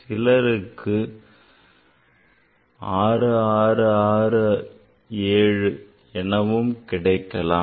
சிலருக்கு 66667 எனவும் கிடைக்கலாம்